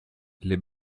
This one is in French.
les